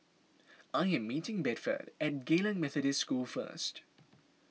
I am meeting Bedford at Geylang Methodist School first